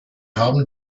haben